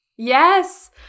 Yes